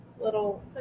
little